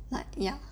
like ya